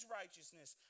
righteousness